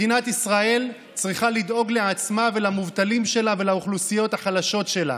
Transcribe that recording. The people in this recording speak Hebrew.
מדינת ישראל צריכה לדאוג לעצמה ולמובטלים שלה ולאוכלוסיות החלשות שלה.